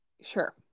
sure